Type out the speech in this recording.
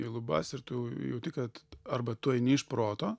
į lubas ir tu jauti kad arba tu eini iš proto